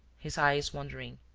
his eyes wandering,